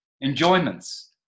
enjoyments